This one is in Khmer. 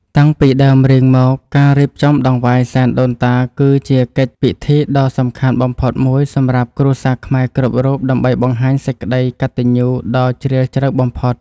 តាំងពីដើមរៀងមកការរៀបចំដង្វាយសែនដូនតាគឺជាកិច្ចពិធីដ៏សំខាន់បំផុតមួយសម្រាប់គ្រួសារខ្មែរគ្រប់រូបដើម្បីបង្ហាញសេចក្តីកតញ្ញូដ៏ជ្រាលជ្រៅបំផុត។